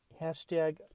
hashtag